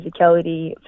physicality